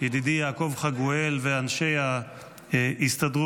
ידידי יעקב חגואל ואנשי ההסתדרות,